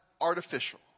artificial